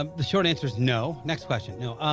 um the short answer is no next question no,